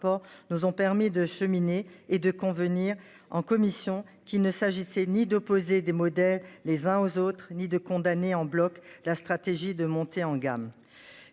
nous ont permis de cheminées et de convenir, en commission, qu'il ne s'agissait ni d'opposer des modèles les uns aux autres ni de condamner en bloc la stratégie de montée en gamme